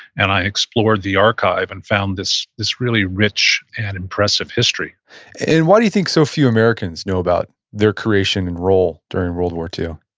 and i explored the archive and found this this really rich and impressive history and why do you think so few americans know about their creation and role during world war ii?